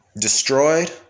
destroyed